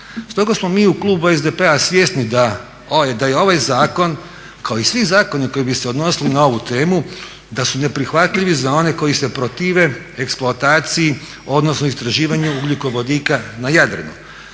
Stoga smo mi u klubu SDP-a svjesni da je ovaj zakon kao i svi zakoni koji bi se odnosili na ovu temu da su neprihvatljivi za one koji se protive eksploataciji, odnosno istraživanju ugljikovodika na Jadranu.